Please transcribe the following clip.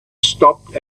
stopped